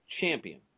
champion